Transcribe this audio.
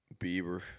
Bieber